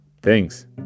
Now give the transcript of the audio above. Thanks